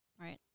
right